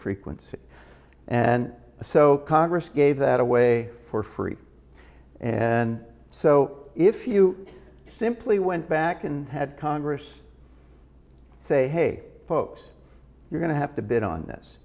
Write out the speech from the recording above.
frequency and so congress gave that away for free and so if you simply went back and had congress say hey folks you're going to have to bid on this